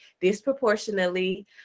disproportionately